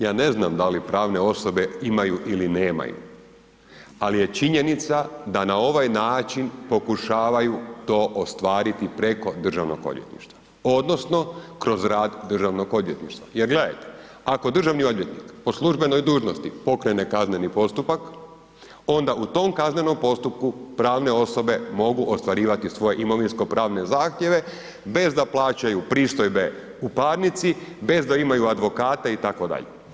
Ja ne znam da li pravne osobe imaju ili nemaju, ali je činjenica da nam ovaj način pokušavaju to ostvariti preko Državnog odvjetništva odnosno kroz rad Državnog odvjetništva jer gledajte, ako državni odvjetnik po službenoj dužnosti pokrene kazneni postupak, onda u tom kaznenom postupku pravne osobe mogu ostvarivati svoje imovinsko pravne zahtjeve bez da plaćaju pristojbe u parnici, bez da imaju advokate itd.